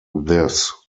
this